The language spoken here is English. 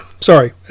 sorry